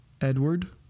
Edward